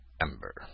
Ember